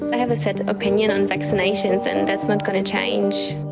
i have a set opinion on vaccinations and that's not going to change.